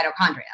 mitochondria